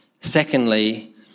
Secondly